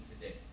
today